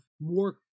more